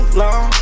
long